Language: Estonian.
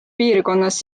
piirkonnas